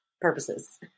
purposes